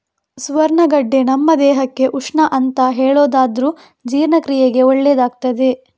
ಸುವರ್ಣಗಡ್ಡೆ ನಮ್ಮ ದೇಹಕ್ಕೆ ಉಷ್ಣ ಅಂತ ಹೇಳ್ತಾರಾದ್ರೂ ಜೀರ್ಣಕ್ರಿಯೆಗೆ ಒಳ್ಳೇದಾಗ್ತದೆ